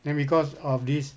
then because of this